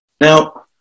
Now